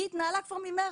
היא התנהלה כבר ממרץ,